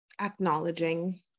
acknowledging